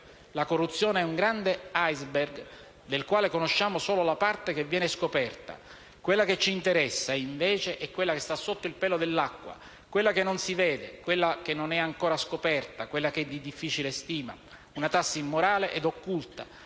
La corruzione è un grande *iceberg*, del quale conosciamo solo la parte che viene scoperta; quella che ci interessa, invece, è quella che sta sotto il pelo dell'acqua, quella che non si vede, quella che non è ancora scoperta, quella che è di difficile stima. La corruzione è una tassa immorale ed occulta,